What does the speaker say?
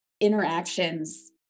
interactions